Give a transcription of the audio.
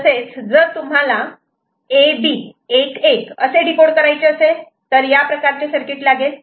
जर तुम्हाला A B 1 1 असे डीकोड करायचे असेल तर या प्रकारचे सर्किट लागेल